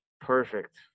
Perfect